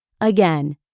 Again